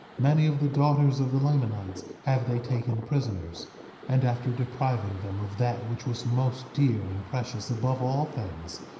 many of the daughters of the lamanites have they taken prisoners and after depriving them of that which was most dear and precious above all things,